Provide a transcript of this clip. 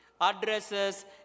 addresses